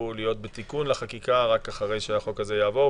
להיות בתיקון לחקיקה רק אחרי שהחוק הזה יעבור.